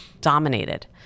dominated